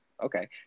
Okay